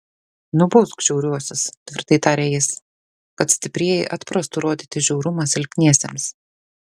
nubausk žiauriuosius tvirtai tarė jis kad stiprieji atprastų rodyti žiaurumą silpniesiems